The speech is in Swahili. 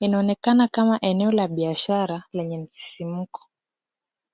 Inaonekana kama eneo la biashara lenye msisimko.